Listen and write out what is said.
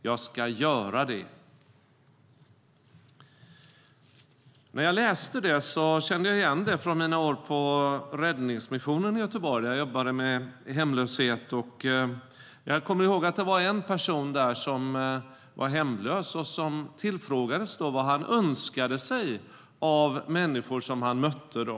Jag ska göra det! När jag läste detta kände jag igen mig från mina år på Räddningsmissionen i Göteborg. Jag jobbade med hemlösa. Jag kom ihåg en hemlös person som tillfrågades om vad han önskade sig av människor som han mötte.